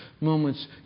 moments